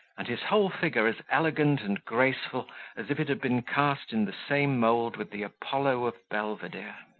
and his whole figure as elegant and graceful as if it had been cast in the same mould with the apollo of belvedere.